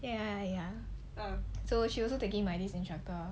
ya ya err so she also taking my this instructor